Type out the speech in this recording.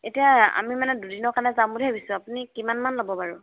এতিয়া আমি মানে দুদিনৰ কাৰণে যাম বুলি ভাবিছোঁ আপুনি কিমানমান ল'ব বাৰু